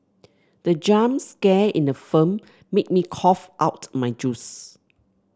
the jump scare in the film made me cough out my juice